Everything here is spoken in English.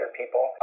people